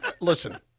Listen